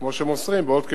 וכמו שמוסרים, בעוד כשבועיים,